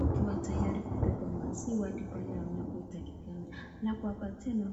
Wakiwa tayari kubeba maziwa Hadi pahali inapo takikana. Halafu hapa tena.